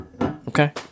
Okay